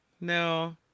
No